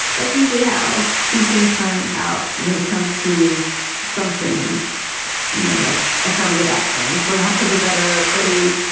that's usually how these things turn out. when it comes to something you know like affirmative action, for lack of a better phrase,